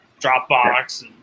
Dropbox